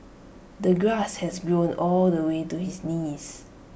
the grass has grown all the way to his knees